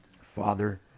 father